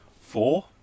four